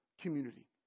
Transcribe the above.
community